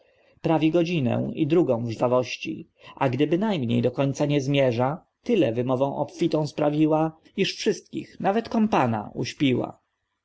prawi godzinę i drugą w żwawości a gdy bynajmniej do końca nie zmierza tyle wymową obfitą sprawiła iż wszystkich nawet kompana uśpiła